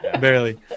Barely